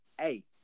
Hey